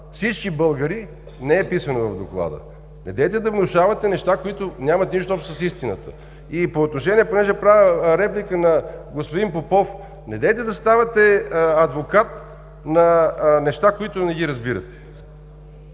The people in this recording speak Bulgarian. всички българи, не е писано в Доклада. Недейте да внушавате неща, които нямат нищо общо с истината. Понеже правя реплика на господин Попов, недейте да ставате адвокат на неща, които не ги разбирате!